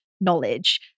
knowledge